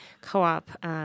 co-op